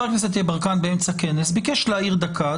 בר הכנסת יברקן באמצע כנס וביקש להעיר דקה.